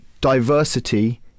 diversity